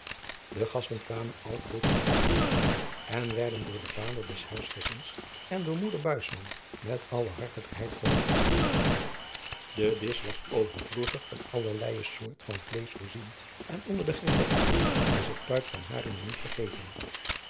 de gasten kwamen al vroegtijdig bijeen en werden door den vader des huisgezins en door moeder buisman met alle hartelijkheid verwelkomd dedisch was overvloedig van allerleije soort van vleesch voorzien en onder de geregten was het puik van haringen niet vergeten